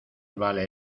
vale